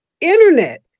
internet